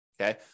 Okay